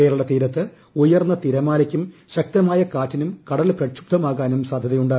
കേരള തീരത്ത് ഉയർന്ന തിരമാലയ്ക്കും ശക്തമായ കാറ്റിനും കടൽ പ്രക്ഷുബ്സമാകാനും സാധൃതയുണ്ട്